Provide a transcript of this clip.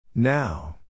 Now